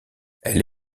elle